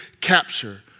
capture